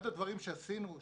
אחד הדברים שעשינו,